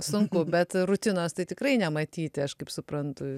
sunku bet rutinos tai tikrai nematyti aš kaip suprantu